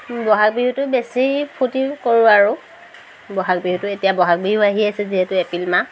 বহাগ বিহুটো বেছি ফূৰ্তি কৰোঁ আৰু বহাগ বিহুটো এতিয়া বহাগ বিহু আহি আছে যিহেতু এপ্ৰিল মাহ